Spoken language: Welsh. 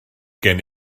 gen